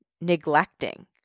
neglecting